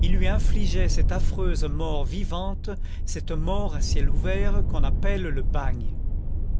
il lui infligeait cette affreuse mort vivante cette mort à ciel ouvert qu'on appelle le bagne